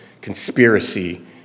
conspiracy